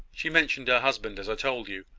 she mentioned her husband, as i told you,